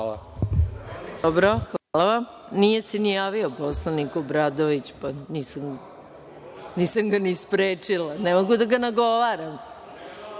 Hvala.